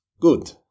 Good